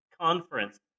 conference